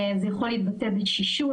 זה יכול להתבטא בתשישות,